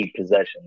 possessions